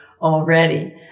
already